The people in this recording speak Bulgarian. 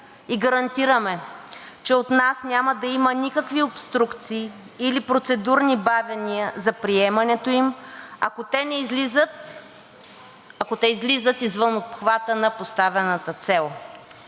и гарантираме, че от нас няма да има никакви обструкции или процедурни бавения за приемането им, ако те не излизат извън обхвата на поставената цел.